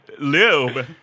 Lube